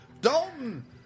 Dalton